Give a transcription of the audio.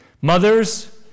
Mothers